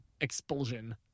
expulsion